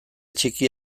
txiki